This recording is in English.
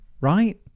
right